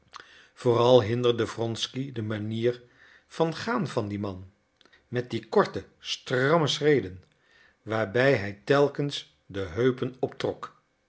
vooral hinderde wronsky de manier van gaan van dien man met die korte stramme schreden waarbij hij telkens de heupen optrok